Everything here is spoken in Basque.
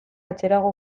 atzerago